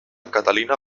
catalina